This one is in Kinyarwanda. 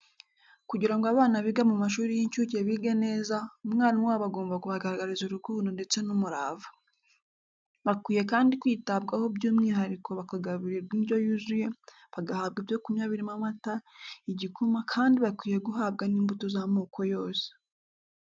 Kugira ngo abana biga mu mashuri y'inshuke bige neza, umwarimu wabo agomba kubagaragariza urukundo ndetse n'umurava. Bakwiye kandi kwitabwaho by'umwihariko bakagaburirwa indyo yuzuye, bagahabwa ibyo kunywa birimo amata, igikoma kandi bakwiye guhabwa n'imbuto z'amoko yose.